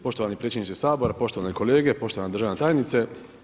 Poštovani predsjedniče Sabora, poštovane kolege, poštovana državna tajnice.